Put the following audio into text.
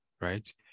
right